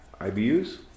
IBUs